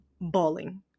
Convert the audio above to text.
bawling